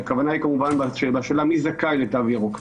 הכוונה היא כמובן לשאלה מי זכאי לתו ירוק.